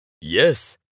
Yes